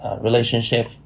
relationship